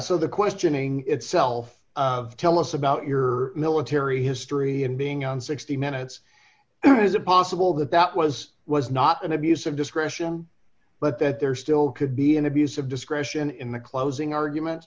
of the questioning itself tell us about your military history and being on sixty minutes or is it possible that that was was not an abuse of discretion but that there still could be an abuse of discretion in the closing argument